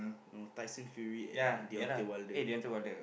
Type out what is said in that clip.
no Tyson-Fury and Deontay-Wilder